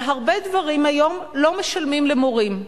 על הרבה דברים היום לא משלמים למורים.